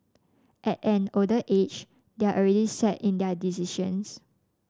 at an older age they're already set in their decisions